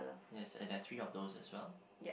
yes and there are three of those as well